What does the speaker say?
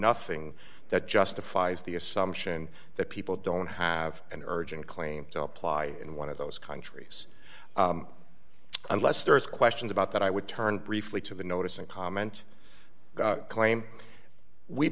nothing that justifies the assumption that people don't have an urgent claim to apply in one of those countries unless there's questions about that i would turn briefly to the notice and comment claim we